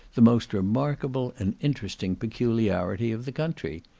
the most remarkable and interesting peculiarity of the country.